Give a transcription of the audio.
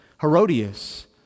Herodias